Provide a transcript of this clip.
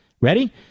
ready